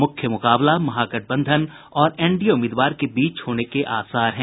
मुख्य मुकाबला महागठबंधन और एनडीए उम्मीदवार के बीच होने के आसार हैं